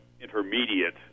intermediate